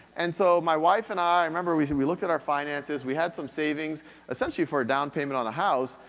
and so my wife and i, i remember we and we looked at our finances, we had some savings essentially for a down payment on a house,